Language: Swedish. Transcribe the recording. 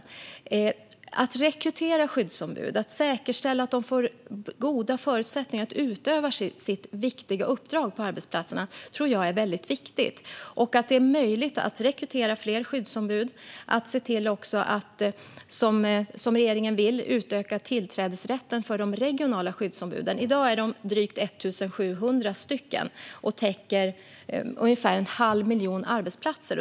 Jag tror att det är väldigt viktigt att rekrytera skyddsombud och säkerställa att de får goda förutsättningar att utöva sitt viktiga uppdrag på arbetsplatserna. Det är också viktigt att kunna rekrytera fler skyddsombud och se till att, som regeringen vill, utöka tillträdesrätten för de regionala skyddsombuden. I dag är de drygt 1 700 och täcker ungefär en halv miljon arbetsplatser.